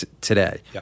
today